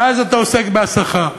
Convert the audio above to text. ואז אתה עוסק בהסחה.